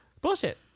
bullshit